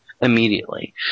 immediately